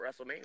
WrestleMania